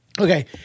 Okay